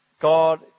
God